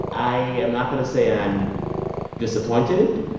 i am not going to say i'm disappointed.